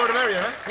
merrier,